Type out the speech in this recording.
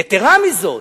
יתירה מזאת,